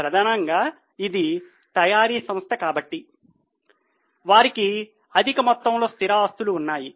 ప్రధానంగా ఇది తయారీ సంస్థ కాబట్టి వారికి అధిక మొత్తంలో స్థిర ఆస్తులు ఉన్నాయి